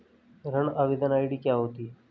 ऋण आवेदन आई.डी क्या होती है?